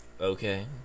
okay